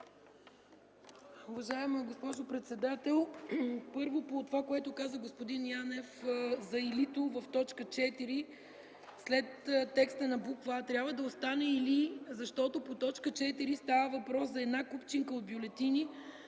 Уважаема госпожо председател, първо, по това, което господин Янев каза за „или”-то в т. 4 след текста на буква „а” трябва да остане „или”, защото по т. 4 става въпрос за една купчинка от бюлетини